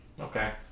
okay